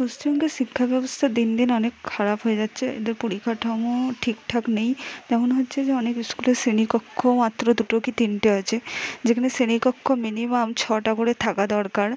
পশ্চিমবঙ্গের শিক্ষাব্যবস্থা দিন দিন অনেক খারাপ হয়ে যাচ্ছে এদের পরিকাঠামো ঠিক ঠাক নেই তেমন হচ্ছে যে অনেক স্কুলের শ্রেণিকক্ষ মাত্র দুটো কী তিনটে আছে যেখানে শ্রেণিকক্ষ মিনিমাম ছটা করে থাকা দরকার